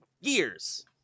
years